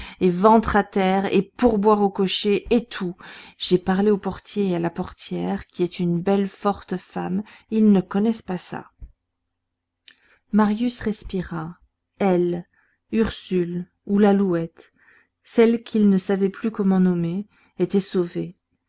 et ventre à terre et pourboire au cocher et tout j'ai parlé au portier et à la portière qui est une belle forte femme ils ne connaissent pas ça marius respira elle ursule ou l'alouette celle qu'il ne savait plus comment nommer était sauvée